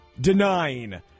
denying